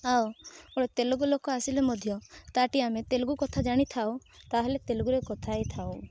ଆଉ ଗୋଟେ ତେଲୁଗୁ ଲୋକ ଆସିଲେ ମଧ୍ୟ ତାଠି ଆମେ ତେଲୁଗୁ କଥା ଜାଣିଥାଉ ତା'ହେଲେ ତେଲୁଗୁରେ କଥା ହେଇଥାଉ